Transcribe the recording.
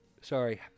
sorry